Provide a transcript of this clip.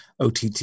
OTT